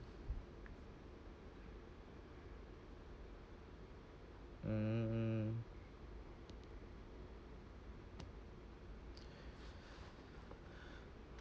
mm mm